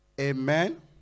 Amen